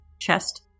chest